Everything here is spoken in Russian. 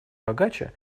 богаче